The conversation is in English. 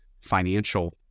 financial